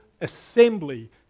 assembly